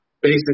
basic